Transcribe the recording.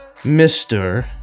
Mr